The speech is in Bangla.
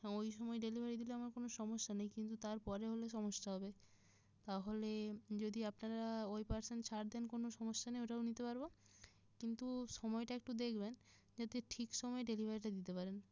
হ্যাঁ ওই সময় ডেলিভারি দিলে আমার কোনো সমস্যা নেই কিন্তু তারপরে হলে সমস্যা হবে তাহলে যদি আপনারা ওই পারসেন্ট ছাড় দেন কোনো সমস্যা নেই ওটাও নিতে পারব কিন্তু সময়টা একটু দেখবেন যাতে ঠিক সময়ে ডেলিভারিটা দিতে পারেন